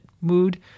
mood